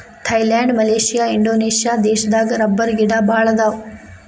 Thailand Malaysia Indonesia ದೇಶದಾಗ ರಬ್ಬರಗಿಡಾ ಬಾಳ ಅದಾವ